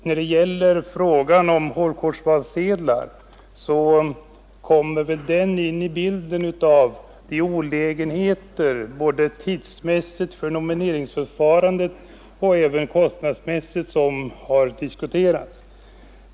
När det gäller frågan om hålkortsvalsedlar kommer där in i bilden de olägenheter, både tidsmässigt för nomineringsförfarandet och kostnadsmässigt, som har diskuterats.